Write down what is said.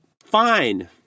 fine